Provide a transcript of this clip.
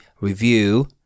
review